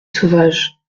sauvage